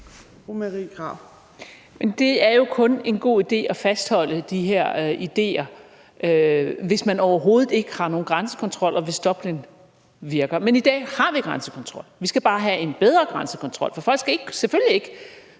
det er jo kun en god idé at fastholde de her ideer, hvis man overhovedet ikke har nogen grænsekontrol, og hvis Dublinforordningen virker. Men i dag har vi grænsekontrol. Vi skal bare have en bedre grænsekontrol, for folk skal selvfølgelig ikke